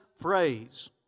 phrase